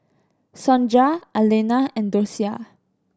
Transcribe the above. Sonja Arlena and Docia